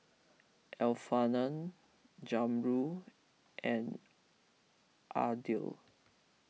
Alfian Zamrud and Adil